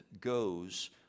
goes